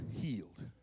healed